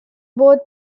both